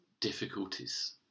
difficulties